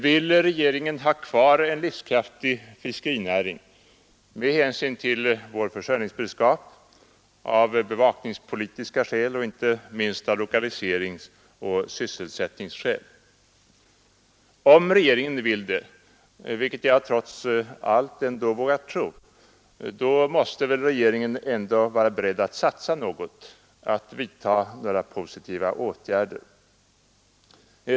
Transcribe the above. Vill regeringen ha kvar en livskraftig fiskerinäring med hänsyn till vår försörjningsberedskap, av bevakningspolitiska skäl och inte minst av lokaliseringsoch sysselsättningsskäl? Om regeringen vill det, vilket jag trots allt vågar tro, måste regeringen ändå vara beredd att satsa något, att vidtaga några positiva åtgärder.